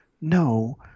no